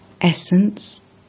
Essence